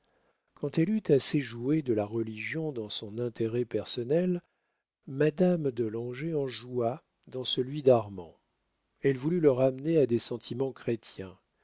quand elle eut assez joué de la religion dans son intérêt personnel madame de langeais en joua dans celui d'armand elle voulut le ramener à des sentiments chrétiens